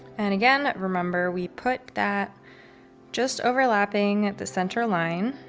and again, remember we put that just overlapping the center line